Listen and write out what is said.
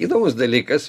įdomus dalykas